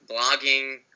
blogging